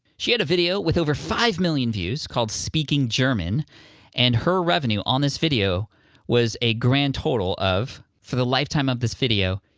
she had a video with over five million views called speaking german and her revenue on this video was a grand total of, for the lifetime of this video,